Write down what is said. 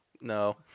No